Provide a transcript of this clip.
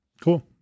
Cool